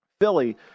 Philly